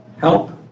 help